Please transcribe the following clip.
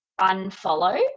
Unfollow